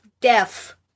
deaf